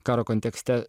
karo kontekste